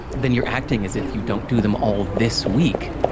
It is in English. then you're acting as if you don't do them all this week,